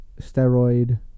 steroid